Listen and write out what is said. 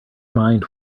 mind